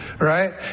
Right